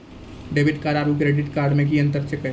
Debit card आरू credit card मे कि अन्तर छैक?